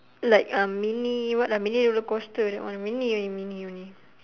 like a mini what lah mini roller coaster that one mini only mini only